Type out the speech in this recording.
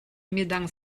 midang